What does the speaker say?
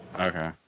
Okay